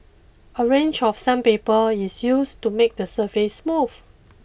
a range of sandpaper is used to make the surface smooth